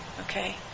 okay